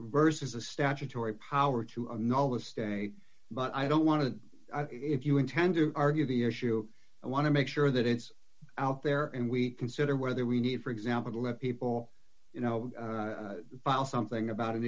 versus a statutory power to know withstand a but i don't want to if you intend to argue the issue i want to make sure that it's out there and we consider whether we need for example to let people you know file something about an